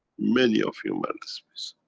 many of you man of space.